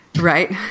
right